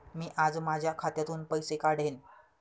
मी आज माझ्या खात्यातून पैसे काढेन